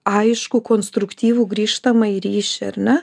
aišku konstruktyvų grįžtamąjį ryšį ar ne